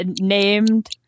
named